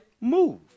move